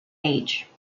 age